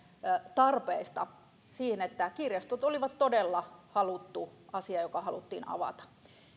tarpeesta siitä että kirjastot olivat todella haluttu asia joka haluttiin avata